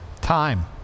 Time